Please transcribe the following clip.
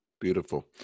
beautiful